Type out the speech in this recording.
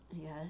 Yes